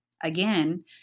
Again